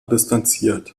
distanziert